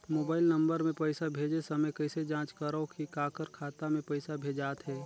Mobile number मे पइसा भेजे समय कइसे जांच करव की काकर खाता मे पइसा भेजात हे?